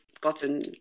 gotten